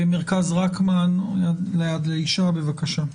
מרכז רקמן יד לאישה, בבקשה.